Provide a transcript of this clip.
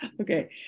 Okay